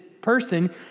Person